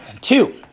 Two